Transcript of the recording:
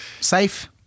Safe